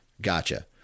gotcha